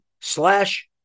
slash